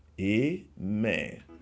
Amen